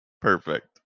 Perfect